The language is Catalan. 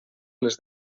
les